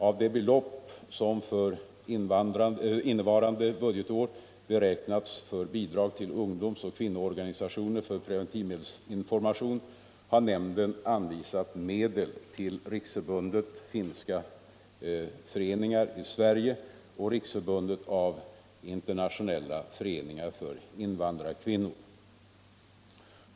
Av det belopp som för innevarande budgetår beräknats för bidrag till ungdomsoch kvinnoorganisationer för preventivmedelsinformation har nämnden anvisat medel till Riksförbundet finska föreningar i Sverige och Riksförbundet av internationella föreningar för invandrarkvinnor.